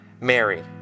Mary